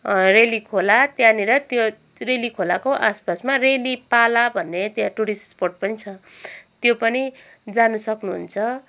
रेली खोला त्यहाँनिर त्यो रेली खोलाको आस पासमा रेली पाला भन्ने त्यहाँ टुरिस्ट स्पट पनि छ त्यो पनि जानु सक्नुहुन्छ